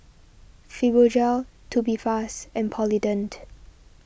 Fibogel Tubifast and Polident